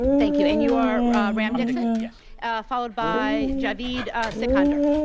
thank you. and you are rahm dixon yeah followed by javeed sakhander.